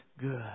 good